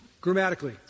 grammatically